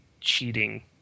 cheating